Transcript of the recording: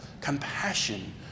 Compassion